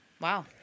Wow